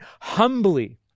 humbly